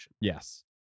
Yes